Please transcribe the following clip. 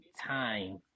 time